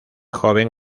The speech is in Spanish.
joven